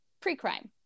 pre-crime